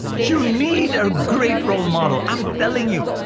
you need a great role model, i'm telling you,